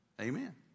amen